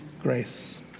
grace